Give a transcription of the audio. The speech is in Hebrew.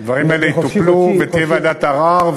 הדברים הללו יטופלו ותהיה ועדת ערר,